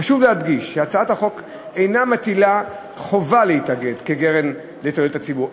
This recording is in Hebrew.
חשוב להדגיש שהצעת החוק אינה מטילה חובה להתאגד כקרן לתועלת הציבור,